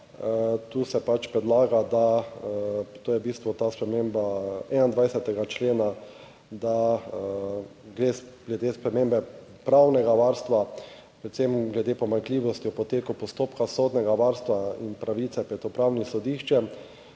Tu se predlaga, da to je v bistvu ta sprememba 21. člena, da gre glede spremembe pravnega varstva predvsem glede pomanjkljivosti o poteku postopka sodnega varstva in pravice pred upravnim sodiščem,